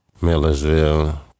Millersville